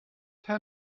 herr